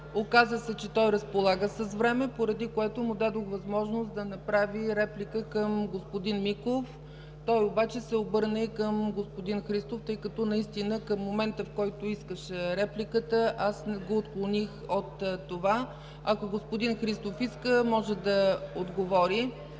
Оказа се, че той разполага с време, поради което му дадох възможност да направи и реплика към господин Миков. Той обаче се обърна и към господин Христов, тъй като наистина към момента, в който искаше репликата, аз го отклоних от това. Ако господин Христов иска, може да отговори.